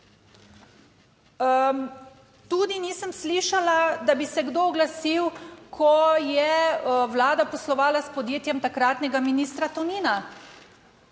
Tudi nisem slišala, da bi se kdo oglasil, ko vlada poslovala s podjetjem takratnega ministra Tonina.